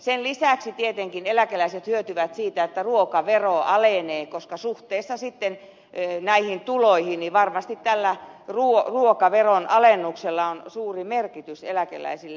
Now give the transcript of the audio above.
sen lisäksi tietenkin eläkeläiset hyötyvät siitä että ruokavero alenee koska suhteessa tuloihin varmasti tällä ruokaveron alennuksella on suuri merkitys eläkeläisille